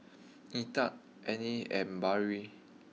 Edith Anne and Barrie